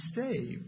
saved